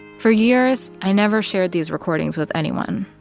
for years, i never shared these recordings with anyone.